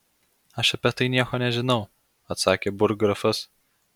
aš apie tai nieko nežinau atsakė burggrafas